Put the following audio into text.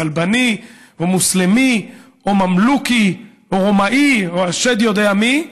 צלבני או מוסלמי או ממלוכי או רומאי או השד יודע מי,